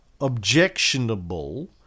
objectionable